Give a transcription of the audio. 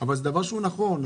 זה דבר שהוא נכון,